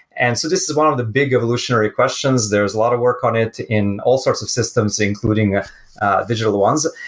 and so this is one of the big evolutionary questions. there's a lot of work on it in all sorts of systems, so including digital ones.